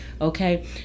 okay